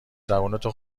زبونتو